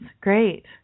Great